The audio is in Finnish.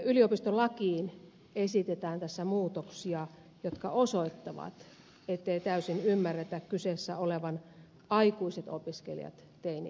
yliopistolakiin esitetään tässä muutoksia jotka osoittavat ettei täysin ymmärretä kyseessä olevan aikuiset opiskelijat teini ikäisten sijaan